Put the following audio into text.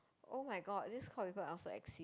[oh]-my-god this kind of people also exist